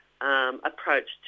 approach